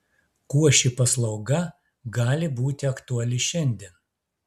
kuo ši paslauga gali būti aktuali šiandien